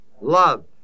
Love